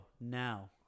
now